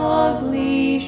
ugly